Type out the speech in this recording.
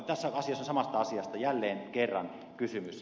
tässä on samasta asiasta jälleen kerran kysymys